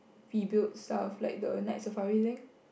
rebuild stuff like the Night Safari thing